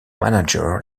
manager